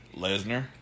Lesnar